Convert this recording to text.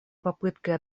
попыткой